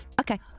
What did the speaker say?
Okay